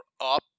up